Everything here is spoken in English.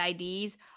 IDs